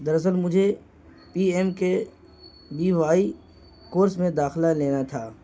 دراصل مجھے P M K B Y کورس میں داخلہ لینا تھا